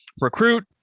recruit